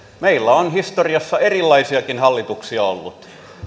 meillä on historiassa erilaisiakin hallituksia ollut